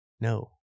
No